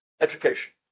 education